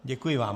Děkuji vám.